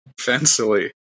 Fancily